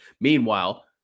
Meanwhile